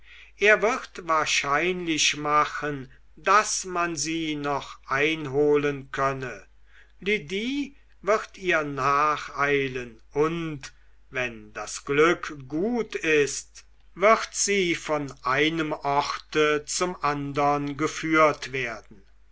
er wird wahrscheinlich machen daß man sie noch einholen könne lydie wird ihr nacheilen und wenn das glück gut ist wird sie von einem orte zum andern geführt werden